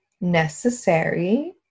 necessary